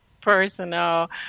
personal